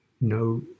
no